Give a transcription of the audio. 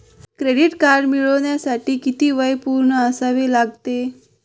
Credit card मिळवण्यासाठी किती वय पूर्ण असावे लागते?